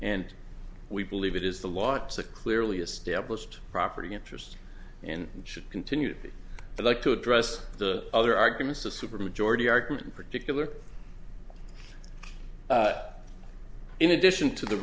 and we believe it is the lot of clearly established property interests and should continue and like to address the other arguments a supermajority argument particular in addition to the